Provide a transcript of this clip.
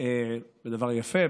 בדבר יפה,